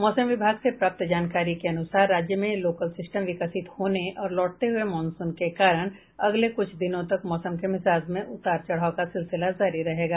मौसम विभाग से प्राप्त जानकारी के अनुसार राज्य में लोकल सिस्टम विकसित होने और लौटते हुए मानसून के कारण अगले कुछ दिनों तक मौसम के मिजाज में उतार चढाव का सिलसिला जारी रहेगा